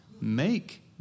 make